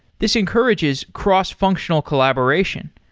this encourages cross-functional collaboration.